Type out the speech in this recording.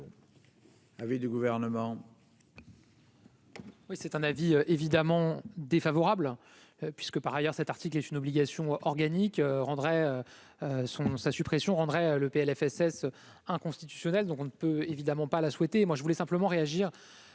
Avec du gouvernement.